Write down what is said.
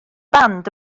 band